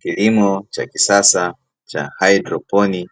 Kilimo cha kisasa cha haidroponi,